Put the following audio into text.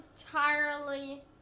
entirely